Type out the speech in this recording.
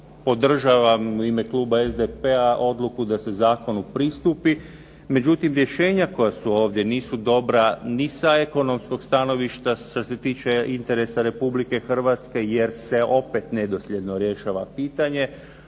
podržavam u ime kluba SDP-a odluku da se zakonu pristupi. Međutim, rješenja koja su ovdje nisu dobra ni sa ekonomskog stanovišta što se tiče interesa Republike Hrvatske jer se opet nedosljedno rješava pitanje,